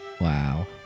Wow